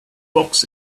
box